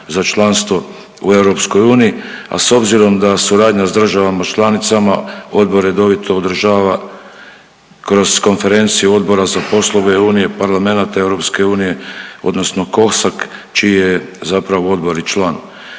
za članstvo u EU, a s obzirom da suradnja s državama članicama odbor redovito održava kroz konferencije odbora za poslove unije i parlamenata EU odnosno COSAC čiji je zapravo odbor i član.